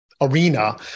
arena